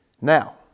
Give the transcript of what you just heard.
Now